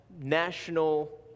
national